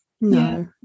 no